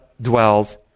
dwells